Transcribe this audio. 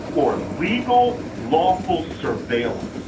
or legal lawful surveillance.